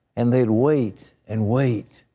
and they would wait and wait,